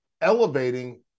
elevating